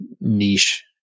niche